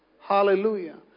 Hallelujah